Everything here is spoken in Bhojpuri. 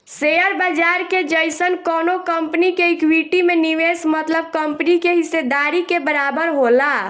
शेयर बाजार के जइसन कवनो कंपनी के इक्विटी में निवेश मतलब कंपनी के हिस्सेदारी के बराबर होला